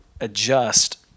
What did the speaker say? adjust